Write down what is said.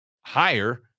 higher